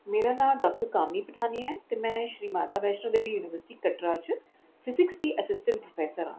मेरा नां डाॅक्टर कामिनी पठानिया ऐ ते में श्री माता वैश्णो यूनिवर्सिटी कटरा च फिसिक्ज़ दी असिसटेंट प्रोफैसर